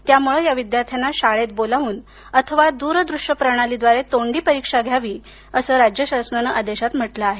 त्यामुळे या विद्यार्थ्यांना शाळेत बोलावून अथवा द्रदृश्य प्रणालीद्वारे तोंडी परीक्षा घ्यावी असं या आदेशात म्हटलं आहे